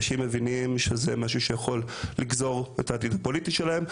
אנשים מבינים שזה משהו שיכול לגזור את העתיד הפוליטי שלהם,